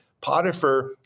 Potiphar